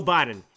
Biden